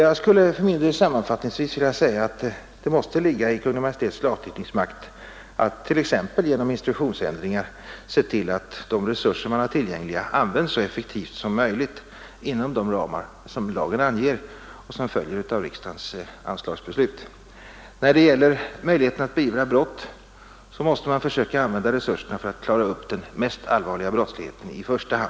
Jag skulle sammanfattningsvis vilja säga att det måste ligga inom Kungl. Maj:ts lagstiftningsmakt att t.ex. genom instruktionsändringar se till att de resurser man har tillgängliga används så effektivt som möjligt inom de ramar som lagen anger och som följer av riksdagens anslagsbeslut. När det gäller möjligheterna att beivra brott måste man försöka använda resurserna för att i första hand klara den mest allvarliga brottsligheten.